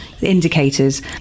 indicators